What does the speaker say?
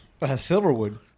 silverwood